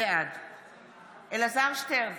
בעד אלעזר שטרן,